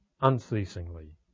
unceasingly